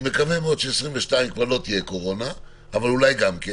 אני מקווה מאוד שב-2022 כבר לא תהיה קורונה אבל אולי גם כן.